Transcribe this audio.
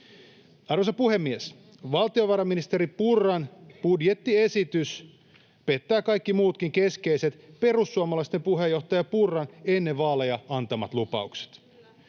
Arvoisa puhemies! Valtiovarainministeri Purran budjettiesitys pettää kaikki muutkin keskeiset perussuomalaisten puheenjohtaja Purran ennen vaaleja antamat lupaukset.